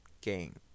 game